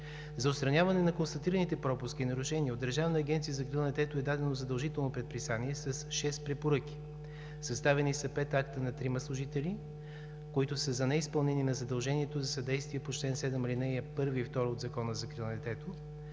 За отстраняване на констатираните пропуски и нарушения от Държавната агенция за закрила на детето е дадено задължително предписание с шест препоръки. Съставени са пет акта на трима служители за неизпълнение на задължението за съдействие по чл. 7, алинеи 1 и 2 от Закона за закрила на детето.